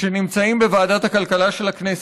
שנמצאים בוועדת הכלכלה של הכנסת.